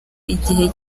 igihe